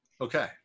Okay